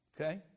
Okay